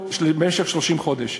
במשך 30 חודש.